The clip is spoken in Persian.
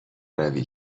روی